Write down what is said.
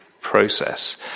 process